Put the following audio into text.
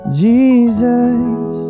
jesus